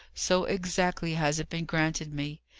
so exactly has it been granted me!